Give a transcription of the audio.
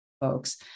folks